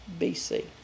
BC